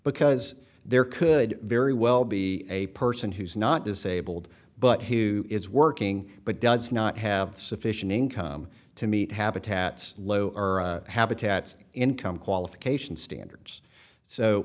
because there could very well be a person who's not disabled but who is working but does not have sufficient income to meet habitat's low habitats income qualification standards so